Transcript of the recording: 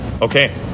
Okay